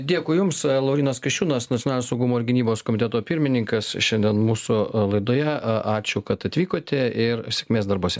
dėkui jums laurynas kasčiūnas nacionalinio saugumo ir gynybos komiteto pirmininkas šiandien mūsų laidoje ačiū kad atvykote ir sėkmės darbuose